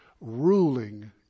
ruling